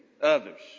others